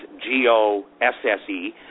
G-O-S-S-E